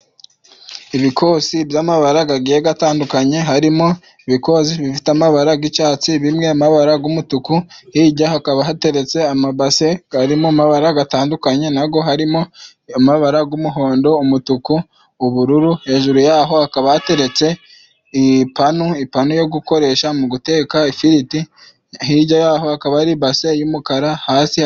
Ibikosi by'amabara gagiye gatandukanye, harimo: ibikosi bifite amabara g'icyatsi, bimwe amabara g'umutuku, hirya hakaba hateretse amabase garimo amabara gatandukanye nago harimo: amabara g'umuhondo, umutuku, ubururu, hejuru yaho hakaba hateretse ipanu, ipanu yo gukoresha mu guteka ifiriti hirya yaho hakaba hari ibase y'umukara hasi.